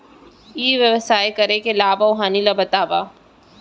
ई व्यवसाय करे के लाभ अऊ हानि ला बतावव?